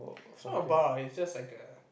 it's not a bar it's just like a